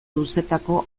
luzetako